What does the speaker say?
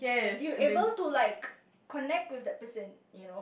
you're able to like connect with that person you know